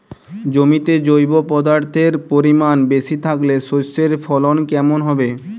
জমিতে জৈব পদার্থের পরিমাণ বেশি থাকলে শস্যর ফলন কেমন হবে?